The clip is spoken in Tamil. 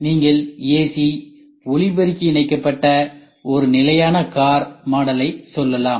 நீங்கள் ஏசி ஒலிபெருக்கி இணைக்கப்பட்ட ஒரு நிலையான கார் மாடலை சொல்லலாம்